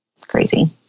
crazy